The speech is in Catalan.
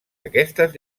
aquestes